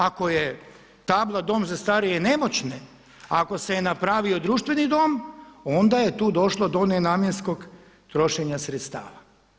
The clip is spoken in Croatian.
Ako je tabla dom za starije i nemoćne a ako se je napravio društveni dom onda je tu došlo do nenamjenskog trošenja sredstava.